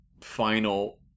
final